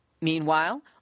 Meanwhile